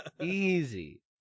Easy